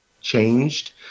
changed